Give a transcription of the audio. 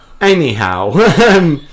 anyhow